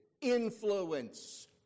influence